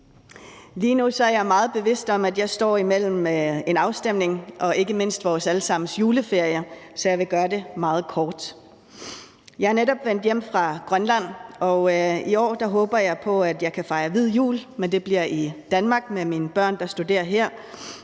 Lige nu er jeg meget bevidst om, at jeg står imellem os og en afstemning og ikke mindst vores allesammens juleferie, så jeg vil gøre det meget kort. Jeg er netop vendt hjem fra Grønland, og i år håber jeg på, at jeg kan fejre hvid jul. Men det bliver i Danmark med mine børn, der studerer her,